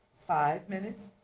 five minutes?